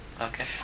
Okay